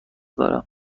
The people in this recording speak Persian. دارم